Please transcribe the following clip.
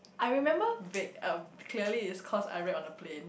I remember bake uh clearly is cause I read on the plane